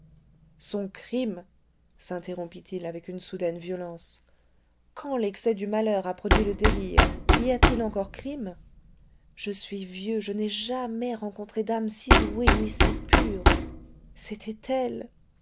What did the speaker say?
son crime s'interrompit il avec une soudaine violence quand l'excès du malheur a produit le délire y a-t-il encore crime je suis vieux je n'ai jamais rencontré d'âme si douée ni si pure c'était elle